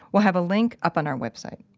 we'll have a link up on our website.